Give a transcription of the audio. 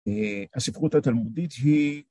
‫אספר אותה תלמודית היא...